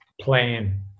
plan